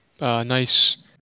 nice